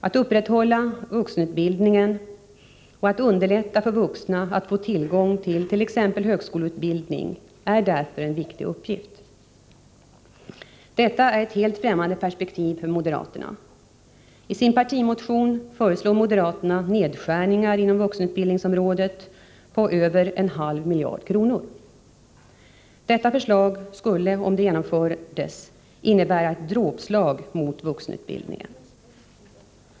Att upprätthålla vuxenutbildningen och att underlätta för vuxna att få tillgång till t.ex. högskoleutbildning är därför en viktig uppgift. Detta är ett helt främmande perspektiv för moderaterna. I sin partimotion föreslår moderaterna nedskärningar inom vuxenutbildningsområdet på över en halv miljard kronor! Detta förslag skulle, om det genomfördes, innebära ett dråpslag mot vuxenutbildningen.